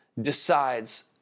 decides